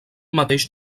mateix